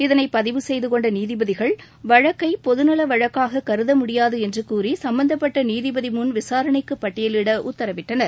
இதனை பதிவு செய்தகொண்ட நீதிபதிகள் வழக்கை பொதுநல வழக்காக கருத முடியாது என்று கூறி சம்பந்தப்பட்ட நீதிபதி முன் விசாரணைக்கு பட்டியலிட உத்தரவிட்டனர்